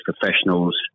professionals